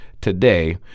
today